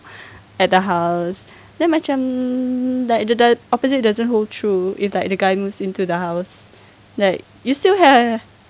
at the house then macam like the opposite doesn't hold true if like the guy moves into the house like you still have